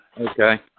Okay